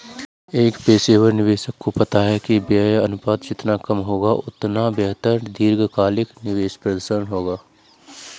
एक पेशेवर निवेशक को पता है कि व्यय अनुपात जितना कम होगा, उतना बेहतर दीर्घकालिक निवेश प्रदर्शन होगा